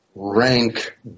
rank